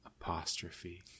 Apostrophe